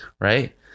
right